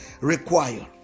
require